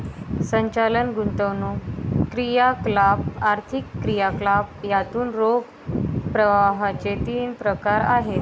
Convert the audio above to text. संचालन, गुंतवणूक क्रियाकलाप, आर्थिक क्रियाकलाप यातून रोख प्रवाहाचे तीन प्रकार आहेत